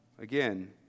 again